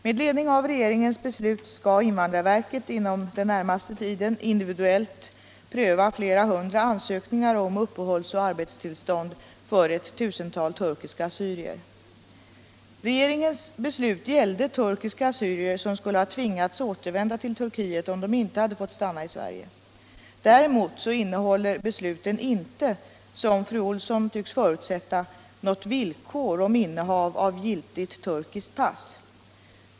Med ledning av regeringens beslut skall invandrarverket inom den närmaste tiden individuellt pröva flera hundra ansökningar om uppehållsoch arbetstillstånd för ett tusental turkiska assyrier. vända till Turkiet om de inte hade fått stanna i Sverige. Däremot innehåller besluten inte — som fru Olsson tycks förutsätta — något villkor om innehav av giltigt turkiskt pass.